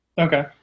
Okay